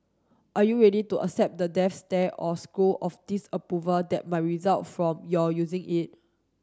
are you ready to accept the death stare or scowl of disapproval that might result from your using it